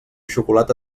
xocolata